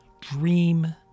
dream